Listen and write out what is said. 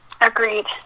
agreed